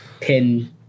pin